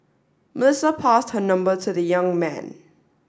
Melissa passed her number to the young man